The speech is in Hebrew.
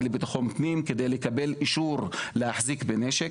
לביטחון הפנים כדי לקבל אישור להחזיק בנשק.